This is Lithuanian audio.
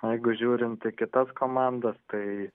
jeigu žiūrint į kitas komandas tai